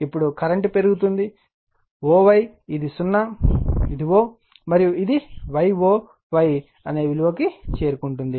ఇప్పుడు కరెంట్ పెరుగుతోంది o y ఇది o మరియు ఇది y o y అనే విలువకు చేరుకుంటుంది